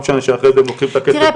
תראה,